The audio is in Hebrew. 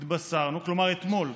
כלומר אתמול,